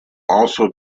also